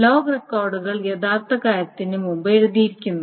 log റെക്കോർഡുകൾ യഥാർത്ഥ കാര്യത്തിന് മുമ്പ് എഴുതിയിരിക്കുന്നു